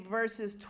verses